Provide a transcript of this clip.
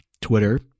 Twitter